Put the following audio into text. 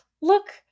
look